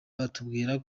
batubwira